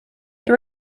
they